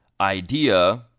idea